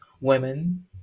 women